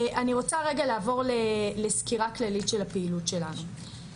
אני רוצה לעבור לסקירה כללית של הפעילות שלנו.